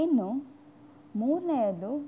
ಇನ್ನು ಮೂರನೆಯದು